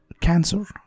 cancer